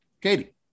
Katie